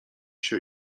się